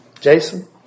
Jason